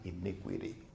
iniquity